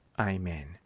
Amen